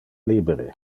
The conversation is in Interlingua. libere